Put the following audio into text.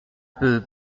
peu